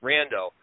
Rando